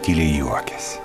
tyliai juokias